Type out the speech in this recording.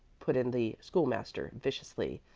put in the school-master, viciously.